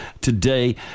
today